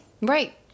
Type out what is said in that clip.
Right